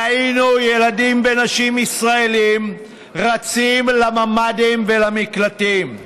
ראינו ילדים ונשים ישראלים רצים לממ"דים ולמקלטים.